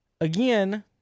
again